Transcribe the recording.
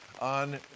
on